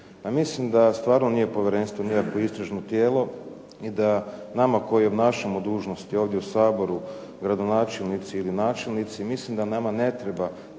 mislim da stvarno nije povjerenstvo nikakvo istražno tijelo i da nama koji obnašamo dužnosti ovdje u Saboru, gradonačelnici i načelnici, mislim da nama ne treba